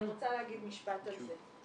אז אני רוצה להגיד משפט על זה.